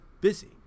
busy